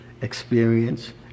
experience